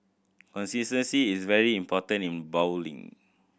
consistency is very important in bowling